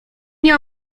nie